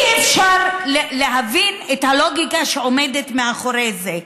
אי-אפשר להבין את הלוגיקה שעומדת מאחורי זה.